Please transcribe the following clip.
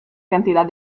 cantidad